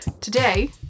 Today